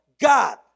God